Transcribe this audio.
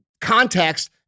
context